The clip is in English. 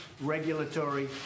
regulatory